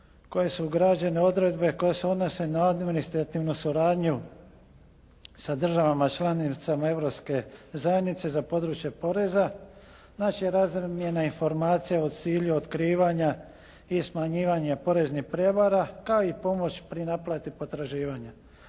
koje su ugrađene odredbe koje se odnose na administrativnu suradnju sa državama članicama Europske zajednice za područje poreza, znači razmjene informacija u cilju otkrivanja i smanjivanja poreznih prijevara kao i pomoć pri naplati potraživanja,